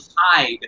hide